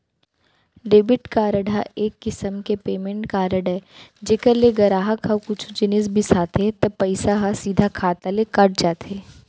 debit card ह एक किसम के पेमेंट कारड अय जेकर ले गराहक ह कुछु जिनिस बिसाथे त पइसा ह सीधा खाता ले कट जाथे